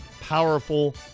powerful